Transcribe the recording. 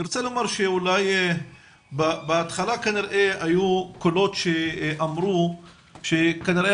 אני רוצה לומר שאולי בהתחלה כנראה היו קולות שאמרו שכנראה